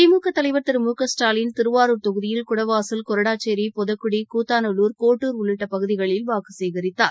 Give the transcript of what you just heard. திமுக தலைவர் திரு முகஸ்டாலின் திருவாரூர் தொகுதியில் குடவாசல் கொரடாச்சேரி பொதக்குடி கூத்தாநல்லூர் கோட்டூர் உள்ளிட்ட பகுதிகளில் வாக்கு சேகரித்தார்